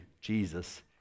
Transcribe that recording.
Jesus